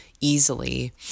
easily